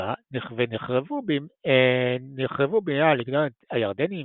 והחורבה ונחרבו בידי הלגיון הירדני עם